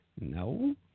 No